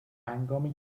هنگامی